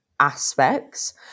aspects